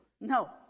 No